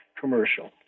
Commercial